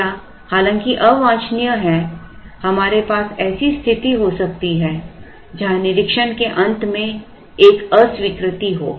अगला हालांकि अवांछनीय है हमारे पास ऐसी स्थिति हो सकती है जहां निरीक्षण के अंत में एक अस्वीकृति हो